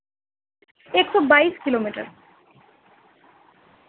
ایک سو بائیس کلو میٹر